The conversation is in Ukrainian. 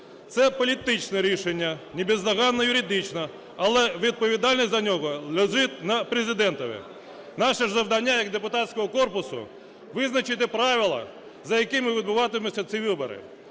Це політичне рішення, не бездоганне юридично, але відповідальність за нього лежить на Президентові. Наше завдання як депутатського корпусу - визначити правила, за якими відбуватимуться ці вибори.